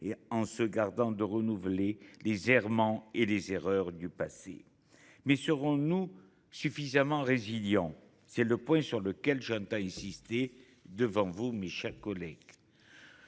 en se gardant de renouveler les errements et les erreurs du passé. Mais serons nous suffisamment résilients ? C’est le point sur lequel j’entends insister devant vous, mes chers collègues.